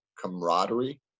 camaraderie